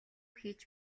хийж